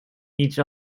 each